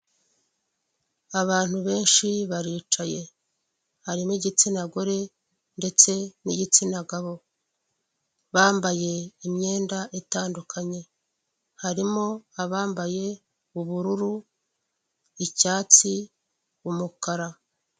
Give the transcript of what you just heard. Abantu benshi baricaye harimo igitsina gore ndetse nigitsina gabo, bambaye imyenda itandukande harimo abambaye ubururu icyatsi n'umukara.